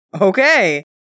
Okay